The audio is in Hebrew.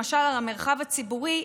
למשל על המרחב הציבורי,